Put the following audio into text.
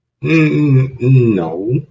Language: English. no